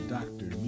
Doctor